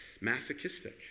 masochistic